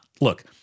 look